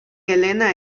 elena